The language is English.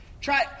Try